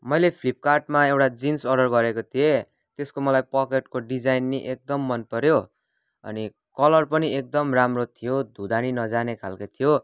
मैले फ्लिपकार्टमा एउटा जिन्स अर्डर गरेको थिएँ त्यसको मलाई पकेटको डिजाइन पनि एकदम मन पऱ्यो अनि कलर पनि एकदम राम्रो थियो धुँदा नि नजाने खालको थियो